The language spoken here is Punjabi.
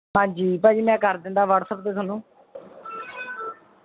ਹਾਂਜੀ ਭਾਅ ਜੀ ਮੈਂ ਕਰ ਦਿੰਦਾ ਵੱਟਸਐਪ 'ਤੇ ਤੁਹਾਨੂੰ